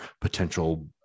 potential